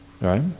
Right